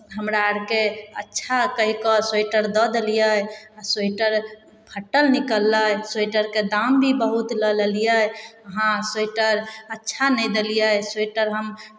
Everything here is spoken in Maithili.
हमरा आरकेँ अच्छा कहि कऽ स्वेटर दऽ देलियै आ स्वेटर फटल निकललै स्वेटरके दाम भी बहुत लऽ लेलियै अहाँ स्वेटर अच्छा नहि देलियै स्वेटर हम